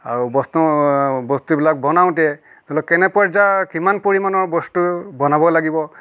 আৰু বস্তু বস্তুবিলাক বনাওঁতে ধৰি লওক কেনে পৰ্যায়ৰ কিমান পৰিমাণৰ বস্তু বনাব লাগিব